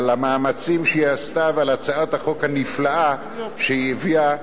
על המאמצים שהיא עשתה ועל הצעת החוק הנפלאה שהיא הביאה,